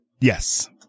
Yes